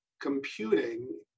computing